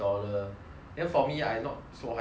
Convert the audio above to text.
then for me I not so high class mah